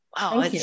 wow